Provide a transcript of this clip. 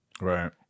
Right